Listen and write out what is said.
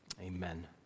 Amen